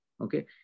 okay